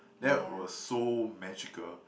that was so magical